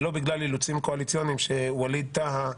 ולא בגלל אילוצים קואליציוניים שווליד טאהא,